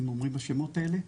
אתם מעורים בשמות האלה.